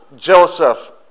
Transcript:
Joseph